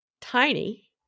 tiny